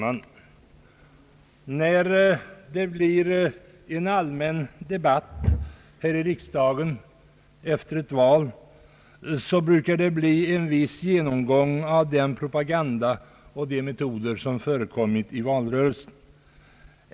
Herr talman! Vid en allmän debatt här i riksdagen efter ett val brukar det bli en viss genomgång av den propaganda och de metoder som har förekommit i valrörelsen.